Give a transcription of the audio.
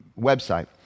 website